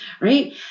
right